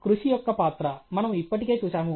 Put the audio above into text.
కృషి యొక్క పాత్ర మనము ఇప్పటికే చూశాము